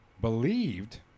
believed